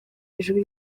ijwi